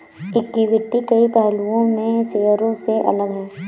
equity कई पहलुओं में शेयरों से अलग है